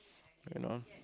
you know